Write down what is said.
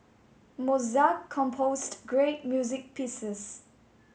Mozart composed great music pieces